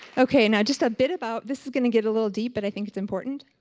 ok now, just a bit about, this is going to get a little deep but i think it's important.